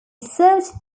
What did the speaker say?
served